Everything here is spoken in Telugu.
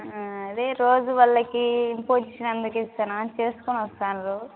అదే రోజు వాళ్ళకి ఇంపోజిషన్ అది ఇస్తాను చేసుకుని వస్తారు